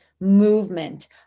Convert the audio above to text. movement